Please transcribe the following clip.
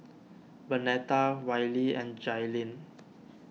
Bernetta Wiley and Jailyn